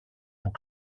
που